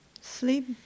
sleep